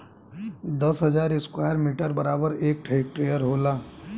दस हजार square metre बराबर एक हेक्टेयर होला